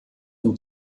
und